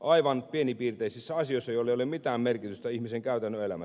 aivan pienipiirteisissä asioissa joilla ei ole mitään merkitystä ihmisen käytännön elämässä